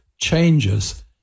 changes